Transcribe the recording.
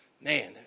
man